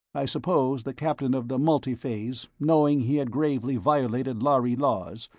i suppose the captain of the multiphase, knowing he had gravely violated lhari laws,